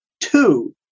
Two